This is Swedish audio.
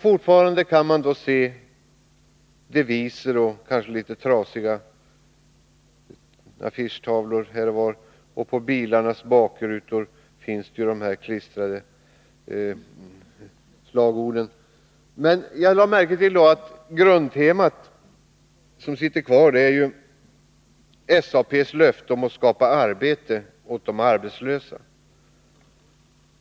Fortfarande kan man där se deviser från valet på litet trasiga affischtavlor, och på bilarnas bakrutor finns fortfarande en del slagord klistrade. Jag lade då märke till att grundtemat som sitter kvar är SAP:s löfte att skapa arbete åt de arbetslösa.